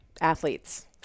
athletes